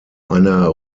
einer